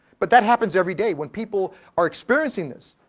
but that happens every day when people are experiencing this.